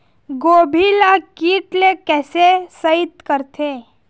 गोभी ल कीट ले कैसे सइत करथे?